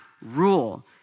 rule